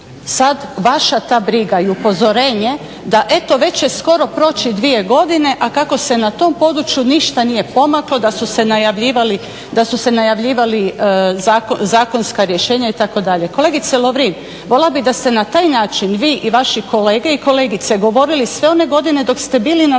ta vaša briga i upozorenje da eto već će skoro proći dvije godine, a kako se na tom području ništa nije pomaklo da su se najavljivali zakonska rješenja itd. Kolegice Lovrin voljela bih da ste na taj način vi i vaše kolege i kolegice govorili sve one godine dok ste bili na vlasti.